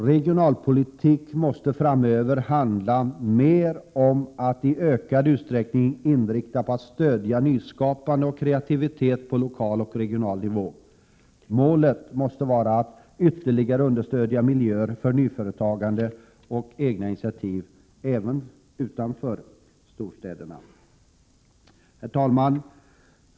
Regionalpolitiken måste framöver i ökad utsträckning inriktas på att stödja nyskapande och kreativitet på lokal och regional nivå. Målet måste vara att ytterligare understödja miljöer för nyföretagande och egna initiativ även utanför storstäderna. Herr talman!